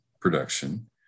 production